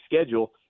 schedule